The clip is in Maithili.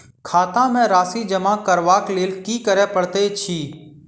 खाता मे राशि जमा करबाक लेल की करै पड़तै अछि?